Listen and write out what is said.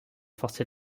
forcé